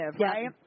right